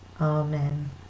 Amen